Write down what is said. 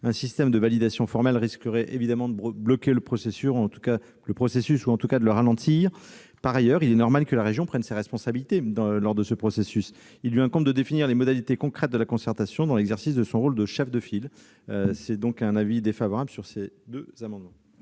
Un système de validation formelle risquerait de bloquer le processus, ou en tout cas de le ralentir. Par ailleurs, il est normal que, en la matière, la région prenne ses responsabilités. Il lui incombe en effet de définir les modalités concrètes de la concertation dans l'exercice de son rôle de chef de file. L'avis est donc défavorable sur ces deux amendements